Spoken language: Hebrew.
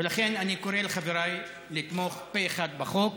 ולכן, אני קורא לחבריי לתמוך פה אחד בחוק.